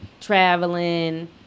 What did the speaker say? traveling